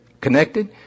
connected